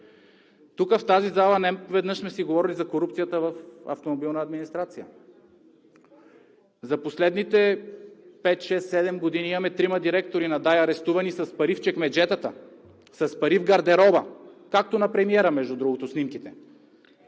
В тази зала неведнъж сме си говорили за корупцията в „Автомобилна администрация“. За последните пет, шест, седем години имаме трима директори на ДАИ, арестувани с пари в чекмеджетата, с пари в гардероба както на премиера, между другото, снимките.